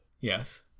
Yes